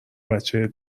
بچه